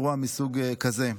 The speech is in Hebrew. אירוע מסוג כזה.